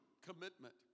commitment